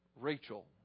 Rachel